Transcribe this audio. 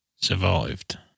survived